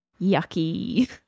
Yucky